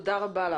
תודה רבה.